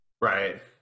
Right